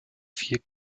vier